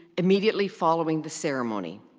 immediately following the ceremony.